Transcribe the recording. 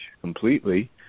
completely